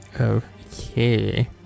Okay